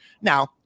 Now